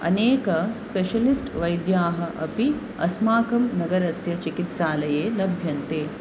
अनेक स्पेशलिस्ट् वैद्याः अपि अस्माकं नगरस्य चिकित्सालये लभ्यन्ते